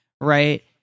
right